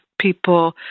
People